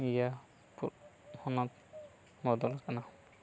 ᱤᱭᱟᱹ ᱦᱚᱱᱚᱛ ᱵᱚᱫᱚᱞ ᱟᱠᱟᱱᱟ